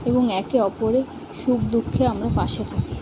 এবং একে অপরে সুখ দুঃখে আমরা পাশে থাকি